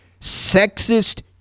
sexist